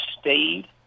stayed